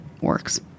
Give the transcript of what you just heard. works